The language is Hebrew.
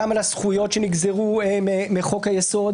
גם על הזכויות שנגזרו מחוק היסוד.